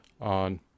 On